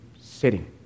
sitting